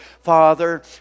Father